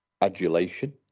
adulation